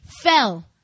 fell